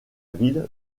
ville